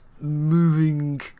moving